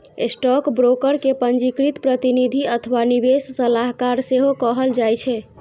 stockbroker कें पंजीकृत प्रतिनिधि अथवा निवेश सलाहकार सेहो कहल जाइ छै